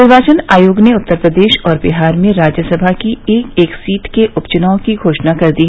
निर्वाचन आयोग ने उत्तर प्रदेश और बिहार में राज्यसभा की एक एक सीट के उप चुनाव की घोषणा कर दी